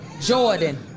Jordan